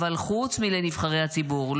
חוץ מנבחרי הציבור,